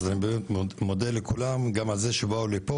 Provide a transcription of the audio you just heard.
אז אני באמת מודה לכולם גם על זה שבאו לפה,